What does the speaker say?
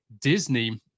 Disney